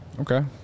Okay